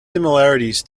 similarities